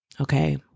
Okay